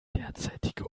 derzeitige